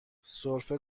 سرفه